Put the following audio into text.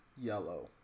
yellow